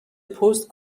پست